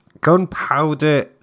gunpowder